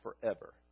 forever